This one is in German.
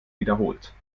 wiederholt